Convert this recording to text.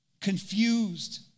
confused